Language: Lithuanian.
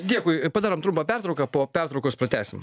dėkui padarom trumpą pertrauką po pertraukos pratęsim